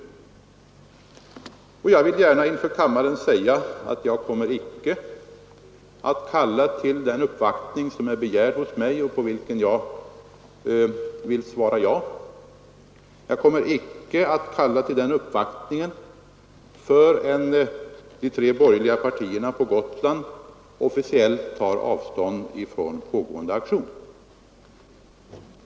Jag vill gärna inför kammaren säga att jag icke kommer att kalla till den uppvaktning som är begärd hos mig — en begäran på vilken jag vill svara ja — förrän de tre borgerliga partierna på Gotland officiellt tagit avstånd från pågående aktion.